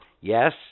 yes